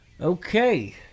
Okay